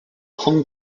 hong